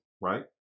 right